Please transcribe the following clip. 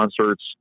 concerts